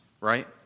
Right